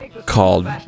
Called